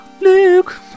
Luke